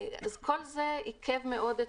אז כל זה עיכב מאוד,